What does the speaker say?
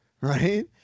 right